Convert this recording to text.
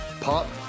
pop